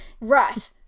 Right